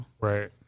Right